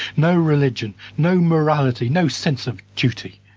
no religion, no morality, no sense of duty.